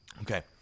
Okay